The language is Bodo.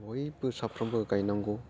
बयबो साफ्रोमबो गायनांगौ